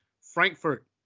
Frankfurt